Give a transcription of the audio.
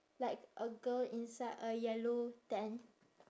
like a girl inside a yellow tent